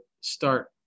start